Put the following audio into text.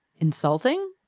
insulting